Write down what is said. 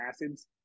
acids